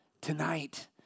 tonight